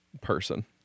person